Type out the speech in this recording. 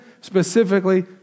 specifically